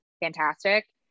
fantastic